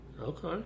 Okay